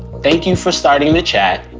thank you for starting the chat.